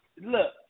look